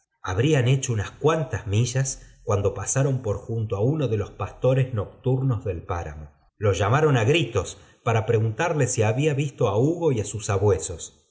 habrían hecho unas cuantas millas cuando pausaron por juiito á uno de los pastores nocturnos del páramo lo llamaron á gritos para preguntar le si había visto á hugo y á sus sabuesos